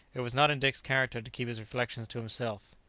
it was not in dick's character to keep his reflections to himself.